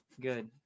Good